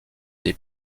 des